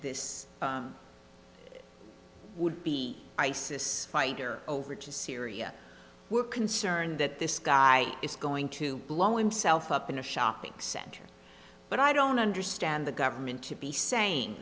this would be isis fighter over to syria we're concerned that this guy is going to blow him self up in a shopping center but i don't understand the government to be saying